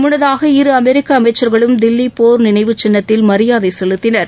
முன்னதாக இரு அமெரிக்க அமைச்சர்களும் தில்லி போர் நினைவு சின்னத்தில் மரியாதை செலுத்தினர்